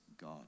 God